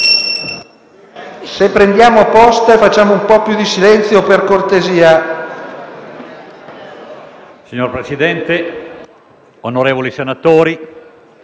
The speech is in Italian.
Signor Presidente, onorevoli senatori,